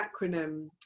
acronym